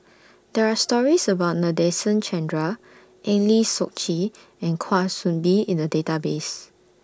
There Are stories about Nadasen Chandra Eng Lee Seok Chee and Kwa Soon Bee in The Database